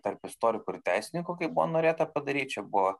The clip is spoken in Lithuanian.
tarp istorikų ir teisininkų kaip buvo norėta padaryt čia buvo